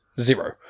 Zero